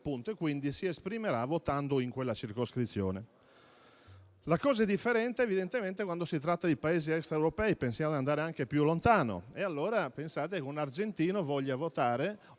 e quindi si esprimerà votando in quella circoscrizione. La cosa è differente, evidentemente, quando si tratta di Paesi extraeuropei, pensando di andare anche più lontano; pensiamo ad esempio a un argentino che voglia votare.